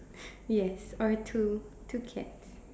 yes or two two cats